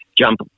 Jump